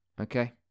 okay